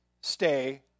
stay